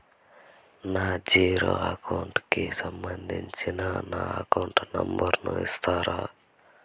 నా zero account కి సంబంధించి అకౌంట్ నెంబర్ ను నాకు ఇస్తారా